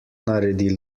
naredi